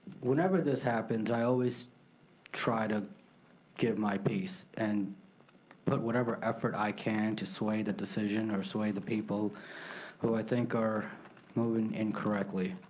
whenever this happens, i always try to give my piece, and put whatever effort i can to sway the decision or sway the people who i think are movin' incorrectly.